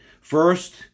First